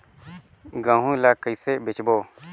गहूं ला कइसे बेचबो?